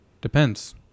Depends